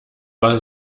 war